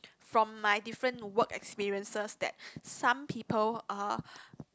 from my different work experiences that some people